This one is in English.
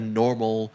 normal